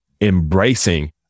embracing